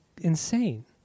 insane